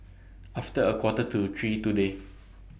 after A Quarter to three today